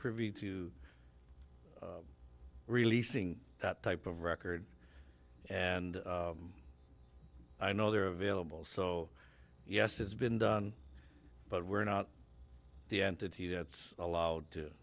privy to releasing that type of record and i know they're available so yes it's been done but we're not the entity that's allowed to